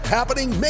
Happening